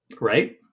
Right